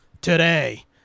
today